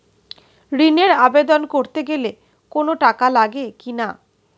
ঋণের আবেদন করতে গেলে কোন টাকা লাগে কিনা?